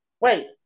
Wait